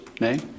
nay